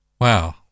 wow